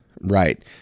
Right